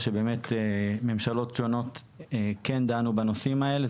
אציין שממשלות שונות כן דנו בנושאים האלה.